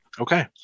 Okay